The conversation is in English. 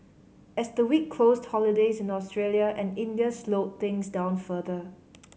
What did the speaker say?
as the week closed holidays in Australia and India slowed things down further